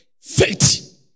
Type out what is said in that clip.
faith